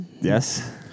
yes